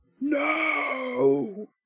no